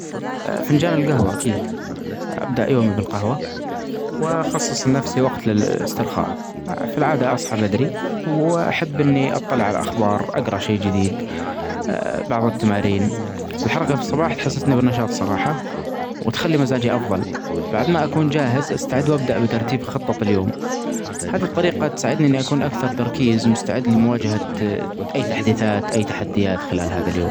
اا فنجان القهوة أكيد أبدأ يومي بالقهوة وأخصص لنفسي وقت للاسترخاء. في العادة أصحي بدري و أحب إني أطلع علي الأخبار أقراء شئ جديد بعض التمارين. الحركة في الصباح تحسسني بالنشاط الصراحة, وتخلي مزاجي أفضل بعد ما أكون جاهز أستعد وأبدأ بترتيب خطة اليوم هذه الطريقة تساعدني إني أكون أكثر تركيز ومستعد لمواجهة أي تحديثات أي تحديات خلال هذا اليوم.